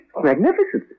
Magnificently